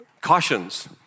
cautions